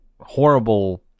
horrible